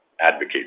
advocate